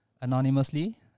anonymously